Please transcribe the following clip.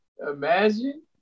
Imagine